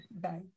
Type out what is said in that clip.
Bye